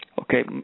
Okay